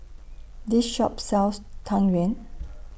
This Shop sells Tang Yuen